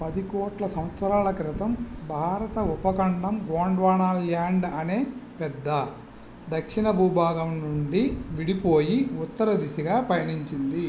పది కోట్ల సంవత్సరాల క్రితం భారత ఉపఖండం గోండ్వానాల్యాండ్ అనే పెద్ద దక్షిణ భూభాగం నుండి విడిపోయి ఉత్తర దిశగా పయనించింది